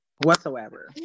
Whatsoever